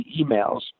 emails